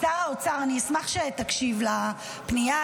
אני אשמח שתקשיב לפנייה,